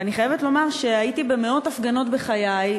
ואני חייבת לומר שהייתי במאות הפגנות בחיי,